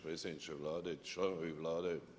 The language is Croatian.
Predsjedniče Vlade, članovi Vlade.